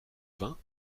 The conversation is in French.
vingts